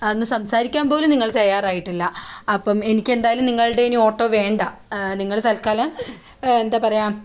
ഒന്ന് സംസാരിക്കാൻ പോലും നിങ്ങൾ തയ്യാറായിട്ടില്ല അപ്പം എനിക്ക് എന്തായാലും നിങ്ങളുടെ ഇനി ഓട്ടോ വേണ്ട നിങ്ങൾ തൽക്കാലം എന്താ പറയാ